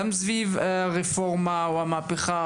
גם סביב הרפורמה או המהפכה,